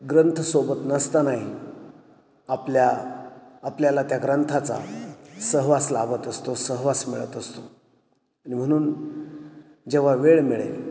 ग्रंथसोबत नसतानाही आपल्या आपल्याला त्या ग्रंथाचा सहवास लाभत असतो सहवास मिळत असतो आणि म्हणून जेव्हा वेळ मिळेल